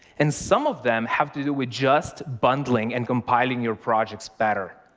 and some of them have to do with just bundling and compiling your projects better.